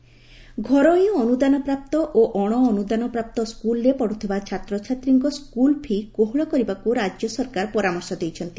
fee' କୋହଳ ଘରୋଇ ଅନୁଦାନ ପ୍ରାପ୍ତ ଓ ଅଣଅନୁଦାନ ପ୍ରାପ୍ତ ସ୍କୁଲରେ ପଢୁଥିବା ଛାତ୍ରଛାତ୍ରୀଙ୍କ ସ୍କୁଲ ଫି' କୋହଳ କରିବାକୁ ରାଜ୍ୟ ସରକାର ପରାମର୍ଶ ଦେଇଛନ୍ତି